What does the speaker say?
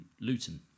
Luton